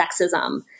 sexism